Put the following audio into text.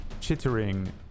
chittering